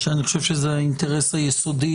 שאני חושב שזה האינטרס היסודי